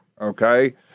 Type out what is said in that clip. okay